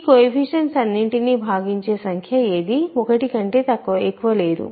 ఈ కొయెఫిషియంట్స్ అన్నింటినీ భాగించే సంఖ్య ఏదీ 1 కంటే ఎక్కువ లేదు